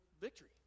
victory